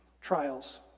trials